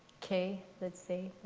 kay let's say,